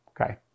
Okay